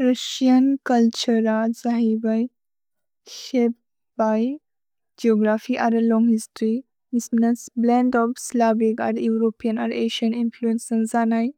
Russian culture जहिवज्, क्सेपज्, geography अर् लोन्ग् हिस्तोर्य्, मिस्मेस् blend of Slavic and European and Asian influences जनज्।